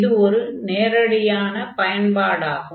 இது ஒரு நேரடியான பயன்படாகும்